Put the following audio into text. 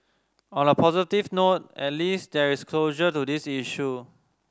on a positive note at least there is closure to this issue